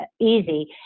easy